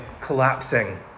collapsing